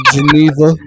Geneva